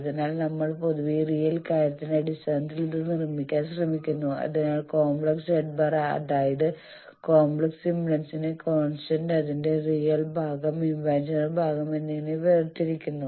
അതിനാൽ നമ്മൾ പൊതുവെ റിയൽ കാര്യത്തിന്റെ അടിസ്ഥാനത്തിൽ ഇത് നിർമ്മിക്കാൻ ശ്രമിക്കുന്നു അതിനാൽ കോംപ്ലക്സ് z̄ അതായത് കോംപ്ലക്സ് ഇംപെഡൻസിനെ കോൺസ്റ്റന്റ് അതിന്റെ റിയൽ ഭാഗം ഇമാജിനറി ഭാഗം എന്നിങ്ങനെ വേർതിരിക്കുന്നു